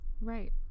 right